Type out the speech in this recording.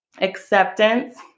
Acceptance